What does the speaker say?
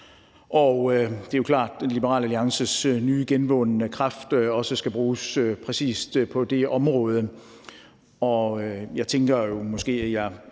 på. Det er jo klart, at Liberal Alliances nye, genvundne kraft også skal bruges på præcis det område.